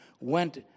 went